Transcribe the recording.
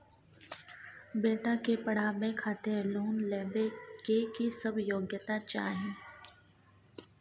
बेटा के पढाबै खातिर लोन लेबै के की सब योग्यता चाही?